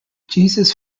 jesus